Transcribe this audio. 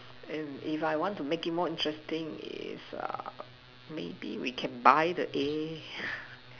and if I want to make it more interesting is uh maybe we can buy the A